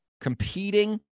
competing